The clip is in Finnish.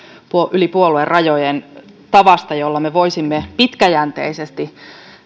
yli puoluerajojen tavasta jolla me voisimme pitkäjänteisesti